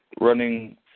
Running